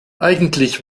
eigentlich